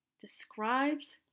describes